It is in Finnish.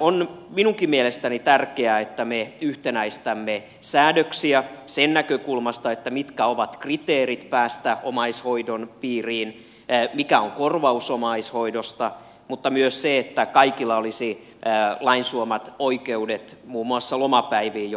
on minunkin mielestäni tärkeää että me yhtenäistämme säädöksiä siitä näkökulmasta mitkä ovat kriteerit päästä omaishoidon piiriin ja mikä on korvaus omaishoidosta mutta myös sitä että kaikilla olisi lain suomat oikeudet muun muassa lomapäiviin